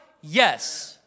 Yes